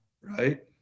right